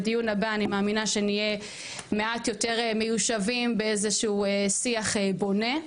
בדיון הבא אני מאמינה שנהיה מעט יותר מיושבים באיזשהו שיח בונה.